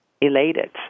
elated